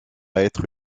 être